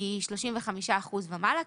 היא 35% ומעלה,